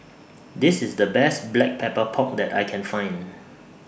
This IS The Best Black Pepper Pork that I Can Find